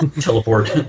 teleport